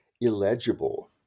illegible